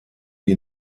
wie